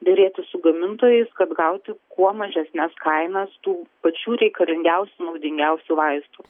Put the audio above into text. derėtis su gamintojais kad gauti kuo mažesnes kainas tų pačių reikalingiausių naudingiausių vaistų